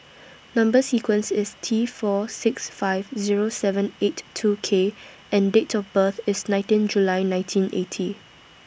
Number sequence IS T four six five Zero seven eight two K and Date of birth IS nineteen July nineteen eighty